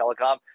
telecom